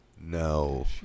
No